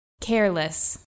careless